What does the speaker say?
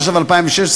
התשע"ו 2016,